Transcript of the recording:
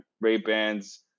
Ray-Bans